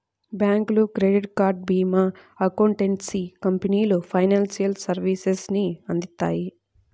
బ్యాంకులు, credit card, భీమా, accountancy కంపెనీలు ఫైనాన్షియల్ సర్వీసెస్ ని అందిత్తాయి